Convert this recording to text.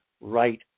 right